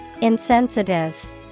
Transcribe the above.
Insensitive